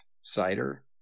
cider